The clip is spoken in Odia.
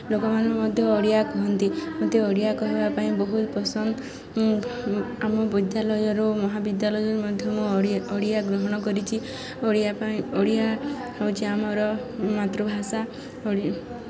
ଲୋକମାନେ ମଧ୍ୟ ଓଡ଼ିଆ କୁହନ୍ତି ମୋତେ ଓଡ଼ିଆ କହିବା ପାଇଁ ବହୁତ ପସନ୍ଦ ଆମ ବିଦ୍ୟାଳୟରୁ ମହାବିଦ୍ୟାଳୟରେ ମଧ୍ୟ ମୁଁ ଓଡ଼ିଆ ଓଡ଼ିଆ ଗ୍ରହଣ କରିଛି ଓଡ଼ିଆ ପାଇଁ ଓଡ଼ିଆ ହେଉଛି ଆମର ମାତୃଭାଷା ଓଡ଼ିଆ